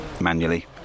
manually